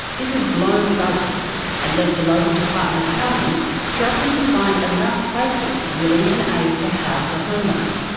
this has blown the budget and left the local department of housing struggling to find enough places willing and able to house the homeless.